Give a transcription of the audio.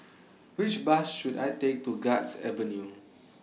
Which Bus should I Take to Guards Avenue